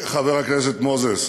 חבר הכנסת מוזס,